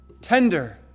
tender